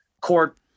court